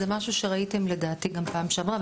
זה משהו שראיתם לדעתי גם בפעם שעברה,